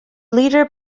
leader